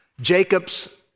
Jacob's